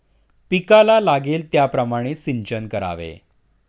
पिकाला लागेल त्याप्रमाणे सिंचन करावे